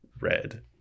red